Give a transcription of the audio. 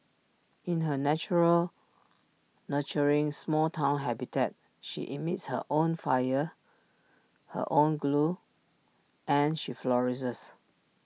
in her natural nurturing small Town habitat she emits her own fire her own glow and she flourishes